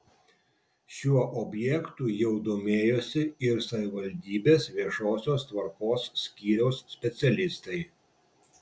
šiuo objektu jau domėjosi ir savivaldybės viešosios tvarkos skyriaus specialistai